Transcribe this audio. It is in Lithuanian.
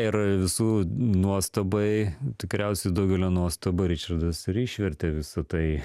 ir visų nuostabai tikriausiai daugelio nuostabai ričardas ir išvertė visą tai